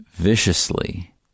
Viciously